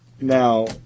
Now